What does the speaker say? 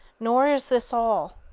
nor is this all.